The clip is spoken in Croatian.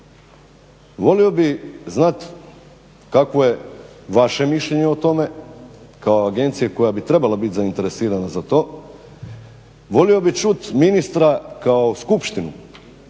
volio bih znati kakvo je vaše mišljenje o tome kao agencije koja bi trebala biti zainteresirana za to, volio bih čuti ministra kao skupštinu